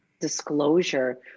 disclosure